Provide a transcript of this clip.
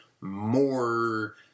more